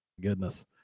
goodness